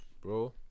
Bro